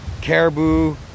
caribou